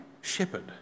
shepherd